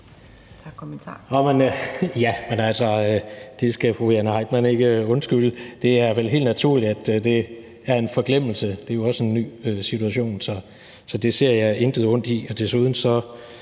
Jens Rohde (KD): Jamen altså, det skal fru Jane Heitmann ikke undskylde. Det er vel helt naturligt, at det var en forglemmelse. Det er jo også en ny situation, så det ser jeg intet ondt i. Og desuden er